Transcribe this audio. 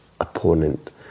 opponent